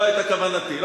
לא היתה כוונתי.